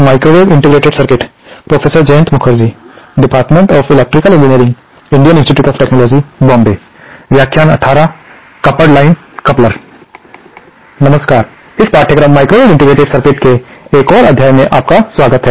नमस्कार इस पाठ्यक्रम माइक्रोवेव इंटीग्रेटेड सर्किट्स के एक और अध्याय में आपका स्वागत है